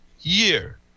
year